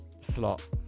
slot